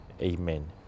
Amen